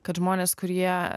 kad žmonės kurie